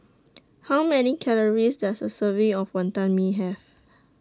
How Many Calories Does A Serving of Wonton Mee Have